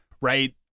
right